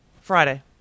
Friday